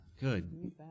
Good